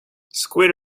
squid